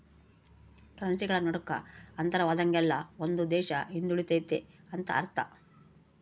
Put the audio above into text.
ಕರೆನ್ಸಿಗಳ ನಡುಕ ಅಂತರವಾದಂಗೆಲ್ಲ ಒಂದು ದೇಶ ಹಿಂದುಳಿತೆತೆ ಅಂತ ಅರ್ಥ